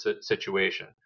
situation